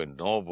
no